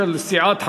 של סיעת חד"ש.